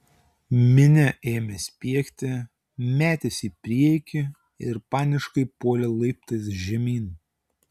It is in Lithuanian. minia ėmė spiegti metėsi į priekį ir paniškai puolė laiptais žemyn